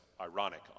ironic